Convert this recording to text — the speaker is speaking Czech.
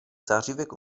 zářivek